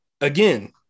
Again